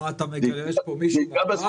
מה, אתה מגרש פה מישהו מהבית?